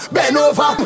Benova